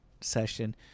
session